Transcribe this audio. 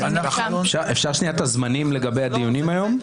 אפשר את הזמנים לגבי הדיונים היום?